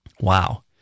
Wow